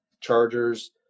Chargers